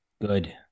good